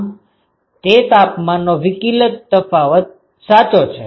આમ તે તાપમાનનો વિકલિત તફાવત સાચો છે